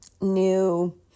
new